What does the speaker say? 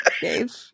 Dave